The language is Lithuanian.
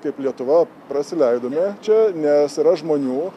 kaip lietuva prasileidome čia nes yra žmonių